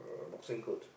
uh boxing clothes